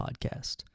podcast